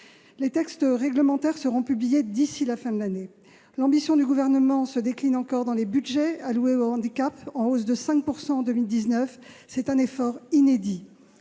Les textes réglementaires seront publiés d'ici à la fin de l'année. L'ambition du Gouvernement se décline encore dans les budgets alloués au handicap, en hausse de 5 % en 2019- cet effort est inédit.